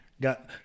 Got